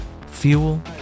fuel